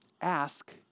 Ask